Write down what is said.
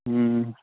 ହୁଁ